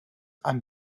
and